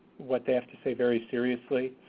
what they have to say, very seriously.